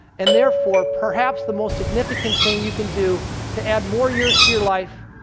and therefore, perhaps the most significant thing you can do to add more years to your life,